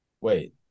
Wait